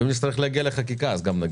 ואם נצטרך להגיע לחקיקה, נגיע.